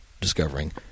discovering